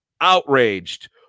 outraged